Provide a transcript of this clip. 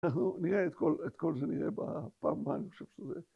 ‫אנחנו נראה את כל זה נראה ‫בפעם הבאה, אני חושב שזה.